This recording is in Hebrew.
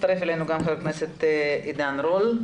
הצטרף אלינו גם חבר הכנסת עידן רול.